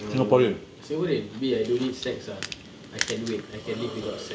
um singaporean bi I don't need sex ah I can wait I can live without sex